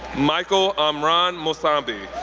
michael omram musambi,